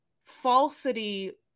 falsity